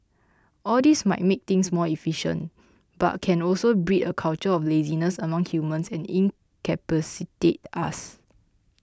all this might make things more efficient but can also breed a culture of laziness among humans and incapacitate us